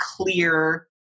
clear